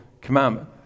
commandment